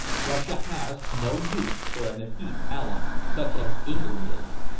russia has no use for an effete ally such as england is.